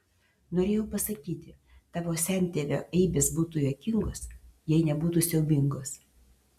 norėjau pasakyti tavo sentėvio eibės būtų juokingos jei nebūtų siaubingos